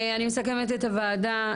אני מסכמת את הוועדה,